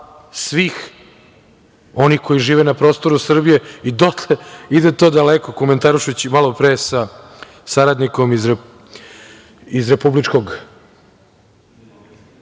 svih onih koji žive na prostoru i dotle ide to daleko, komentarišući malopre sa saradnikom iz republičkog